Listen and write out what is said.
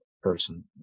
person